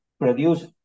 produce